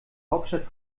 hauptstadt